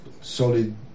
solid